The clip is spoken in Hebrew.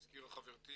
חברתי